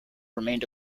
remained